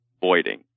voiding